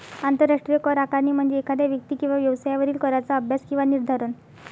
आंतरराष्ट्रीय कर आकारणी म्हणजे एखाद्या व्यक्ती किंवा व्यवसायावरील कराचा अभ्यास किंवा निर्धारण